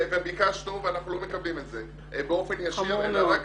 ביקשנו ואנחנו לא מקבלים את זה באופן ישיר אלא רק